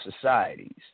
societies